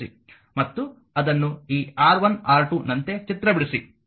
ಮತ್ತು ಅದನ್ನು ಈ R1 R2 ನಂತೆ ಚಿತ್ರ ಬಿಡಿಸಿ